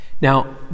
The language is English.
Now